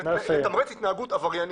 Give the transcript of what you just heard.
זה לתמרץ התנהגות עבריינית.